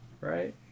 right